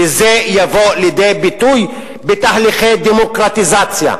וזה יבוא לידי ביטוי בתהליכי דמוקרטיזציה.